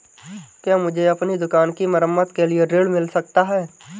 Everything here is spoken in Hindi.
क्या मुझे अपनी दुकान की मरम्मत के लिए ऋण मिल सकता है?